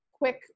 Quick